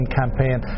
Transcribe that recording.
campaign